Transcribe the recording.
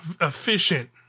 Efficient